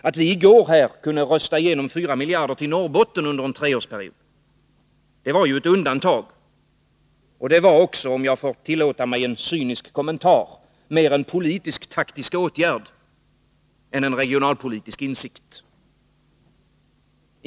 Att vi här i går kunde rösta igenom 4 miljarder till Norrbotten för en treårsperiod var ju ett undantag och var — om jag får tillåta mig en cynisk kommentar — mer en politisk-taktisk åtgärd än en regionalpolitisk insikt.